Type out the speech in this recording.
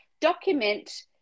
document